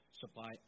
supply